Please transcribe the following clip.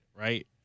right